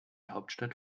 hauptstadt